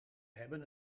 hebben